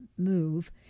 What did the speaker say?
move